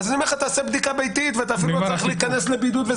תעשה בדיקה ביתית ואתה אפילו לא צריך להיכנס לבידוד.